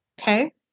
Okay